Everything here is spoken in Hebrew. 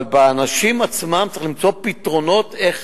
אבל האנשים עצמם צריך למצוא פתרונות איך